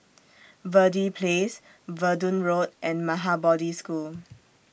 Verde Place Verdun Road and Maha Bodhi School